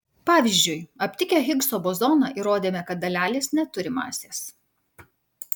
pavyzdžiui aptikę higso bozoną įrodėme kad dalelės neturi masės